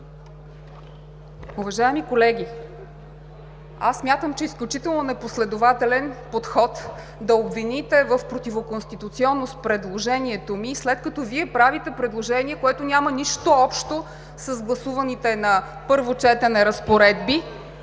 Уважаеми колеги, смятам, че е изключително непоследователен подход да обвините в противоконституционност предложението ми, след като Вие правите предложение, което няма нищо общо с гласуваните на първо четене разпоредби,